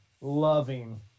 loving